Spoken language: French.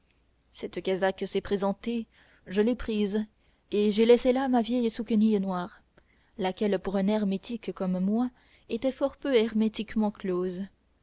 cette casaque s'est présentée je l'ai prise et j'ai laissé là ma vieille souquenille noire laquelle pour un hermétique comme moi était fort peu hermétiquement close